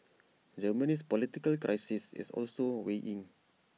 Germany's political crisis is also weighing